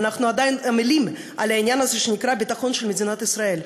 ואנחנו עדיין עמלים על העניין הזה שנקרא הביטחון של מדינת ישראל,